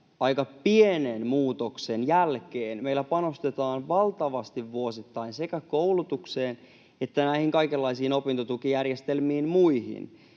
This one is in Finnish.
aika pienen muutoksen jälkeen meillä panostetaan valtavasti vuosittain sekä koulutukseen että kaikenlaisiin muihin opintotukijärjestelmiin.